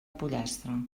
pollastre